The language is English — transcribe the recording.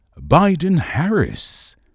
Biden-Harris